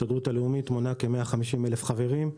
ההסתדרות הלאומית מונה כ-150,000 חברים.